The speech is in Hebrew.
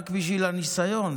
רק בשביל הניסיון.